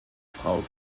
frau